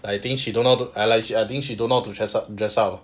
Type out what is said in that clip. I think she don't know how to err like I think she don't know how to dress up dress up